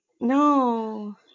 No